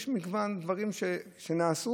יש מגוון דברים שנעשו,